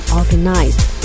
organized